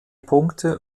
punkte